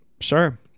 Sure